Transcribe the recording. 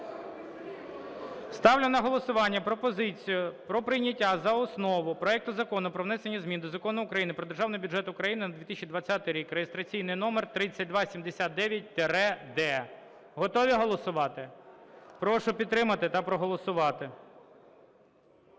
Ставлю на голосування пропозицію про прийняття за основу проекту Закону про внесення змін до Закону України "Про Державний бюджет України на 2020 рік" (реєстраційний номер 3279-д). Готові голосувати? Прошу підтримати та проголосувати.